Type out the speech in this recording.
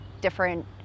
different